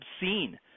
obscene